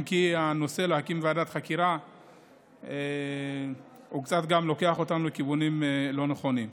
אם כי הנושא של להקים ועדת חקירה לוקח אותנו לכיוונים לא נכונים.